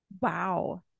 Wow